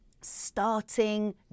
starting